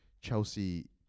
Chelsea